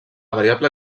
variable